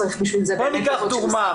וצריך בשביל זה --- בואי ניקח דוגמה,